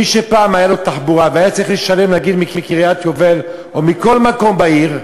מי שפעם הייתה לו תחבורה והיה צריך לשלם מקריית-היובל או מכל מקום בעיר,